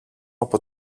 από